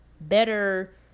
better